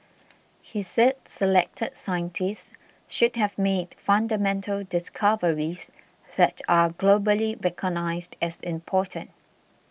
he said selected scientists should have made fundamental discoveries that are globally recognised as important